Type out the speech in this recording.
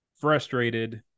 frustrated